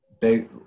big